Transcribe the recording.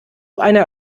einer